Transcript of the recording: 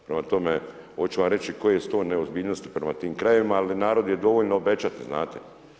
Prema tome, hoću vam reći koje su to neozbiljnosti prema tim krajevima, ali narodu je dovoljno obećati, znate.